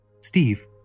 Steve